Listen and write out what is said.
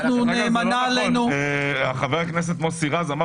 נאמנה עלינו --- חבר הכנסת מוסי רז אמר